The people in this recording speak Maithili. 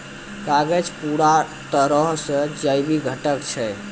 कागज पूरा तरहो से जैविक घटक छै